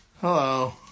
Hello